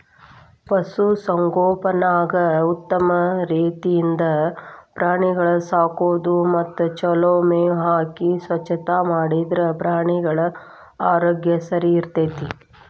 ಪಶು ಸಂಗೋಪನ್ಯಾಗ ಉತ್ತಮ ರೇತಿಯಿಂದ ಪ್ರಾಣಿಗಳ ಸಾಕೋದು ಮತ್ತ ಚೊಲೋ ಮೇವ್ ಹಾಕಿ ಸ್ವಚ್ಛತಾ ಮಾಡಿದ್ರ ಪ್ರಾಣಿಗಳ ಆರೋಗ್ಯ ಸರಿಇರ್ತೇತಿ